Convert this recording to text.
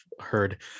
heard